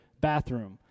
bathroom